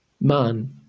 Man